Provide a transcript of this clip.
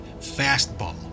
fastball